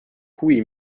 huvi